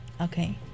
Okay